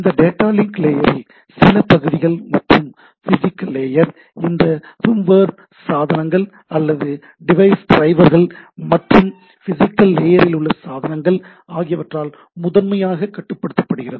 இந்தத் data link லேயரில் சில பகுதிகள் மற்றும் பிஸிக்கல் லேயர் இந்த ஃபர்ம்வேர் சாதனங்கள் அல்லது டிவைஸ் ட்ரைவர்கள் மற்றும் பிஸிக்கல் லேயரில் உள்ள சாதனங்கள் ஆகியவற்றால் முதன்மையாக கட்டுப்படுத்தப்படுகிறது